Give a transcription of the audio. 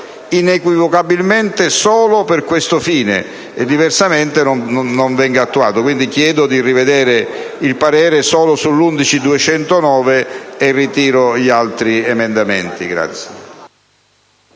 inequivocabilmente solo per questo fine, e diversamente non venga attuato. Chiedo quindi di rivedere il parere solo sull’emendamento 11.209 e ritiro gli altri emendamenti.